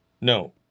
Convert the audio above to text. No